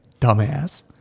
dumbass